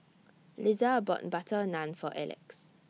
Liza bought Butter Naan For Alex